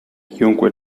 chiunque